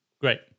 Great